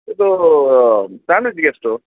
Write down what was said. ಇದು ಸ್ಯಾಂಡ್ವಿಚ್ಗೆ ಎಷ್ಟು